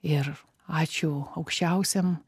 ir ačiū aukščiausiam